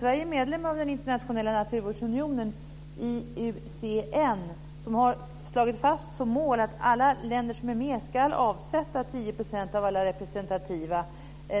Sverige är medlem av Internationella naturvårdsunionen, IUCN, vilken som mål har slagit fast att alla medlemsländer nationellt ska avsätta 10 % av alla sina representativa